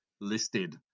listed